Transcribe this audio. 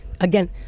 again